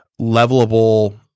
levelable